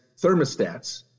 thermostats